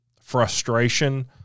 frustration